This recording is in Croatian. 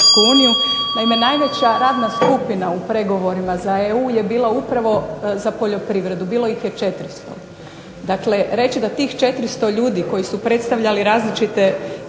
Naime, najveća radna skupina u pregovorima za EU je bila upravo za poljoprivredu, bilo ih je 400. Dakle, reći da tih 400 ljudi koji su predstavljali različite